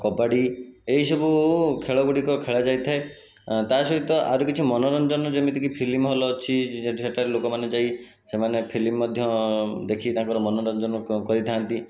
କବାଡ଼ି ଏହି ସବୁ ଖେଳ ଗୁଡ଼ିକ ଖେଳା ଯାଇଥାଏ ତା ସହିତ ଆଉରି କିଛି ମନୋରଞ୍ଜନ ଯେମିତିକି ଫିଲିମ ହଲ ଅଛି ସେଠାରେ ଲୋକମାନେ ଯାଇ ସେମାନେ ଫିଲିମ ମଧ୍ୟ ଦେଖି ତାଙ୍କର ମନୋରଞ୍ଜନ କରିଥାନ୍ତି